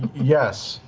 yes.